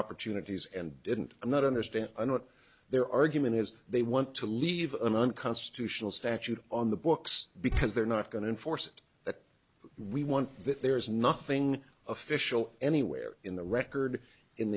opportunities and didn't i'm not understand what their argument is they want to leave an unconstitutional statute on the books because they're not going to enforce that we want that there's nothing official anywhere in the record in